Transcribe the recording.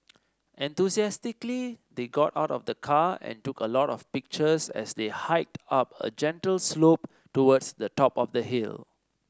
enthusiastically they got out of the car and took a lot of pictures as they hiked up a gentle slope towards the top of the hill